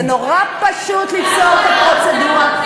זה נורא פשוט ליצור את הפרוצדורה,